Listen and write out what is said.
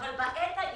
אבל בעת ההיא,